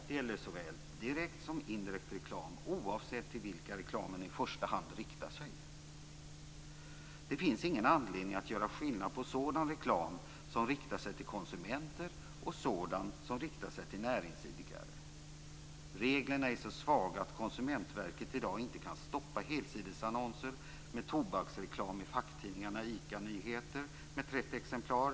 Det gäller såväl direkt som indirekt reklam oavsett till vilka reklamen i första hand riktar sig. Det finns ingen anledning att göra skillnad på sådan reklam som riktar sig till konsumenter och sådan som riktar sig till näringsidkare. Reglerna är så svaga att Konsumentverket i dag inte kan stoppa helsidesannonser med tobaksreklam i facktidningarna ICA 16 000 exemplar.